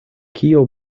kio